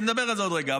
נדבר על זה עוד רגע,